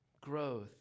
growth